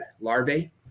larvae